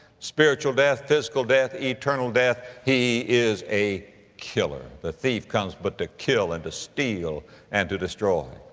spiritual death, physical death, eternal death he is a killer. the thief comes but to kill and to steal and to destroy.